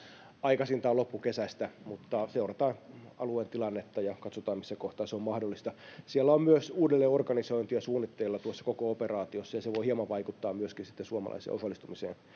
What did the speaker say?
aikaisintaan loppukesästä mutta seurataan alueen tilannetta ja katsotaan missä kohtaa se on mahdollista siellä on myös uudelleenorganisointia suunnitteilla tuossa koko operaatiossa ja se voi hieman vaikuttaa myöskin suomalaisten osallistumiseen